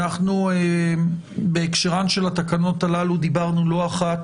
אנחנו בהקשרן של התקנות הללו דיברנו לא אחת